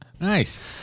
nice